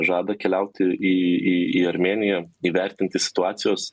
žada keliauti į į į armėniją įvertinti situacijos